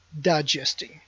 digesting